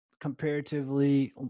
comparatively